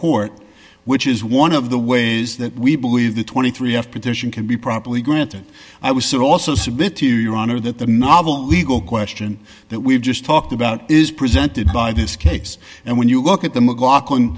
court which is one of the ways that we believe the twenty three dollars of petition can be properly granted i was so also submit to your honor that the novel legal question that we've just talked about is presented by this case and when you look at the mclaughlin